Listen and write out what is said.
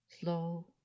slow